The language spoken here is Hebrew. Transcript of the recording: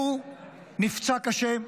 הוא נפצע קשה,